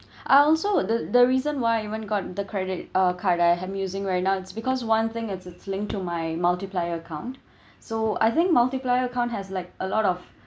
ah also the the reason why I even got the credit uh card I'm using right now is because one thing it's it's linked to my multiplier account so I think multiplier account has like a lot of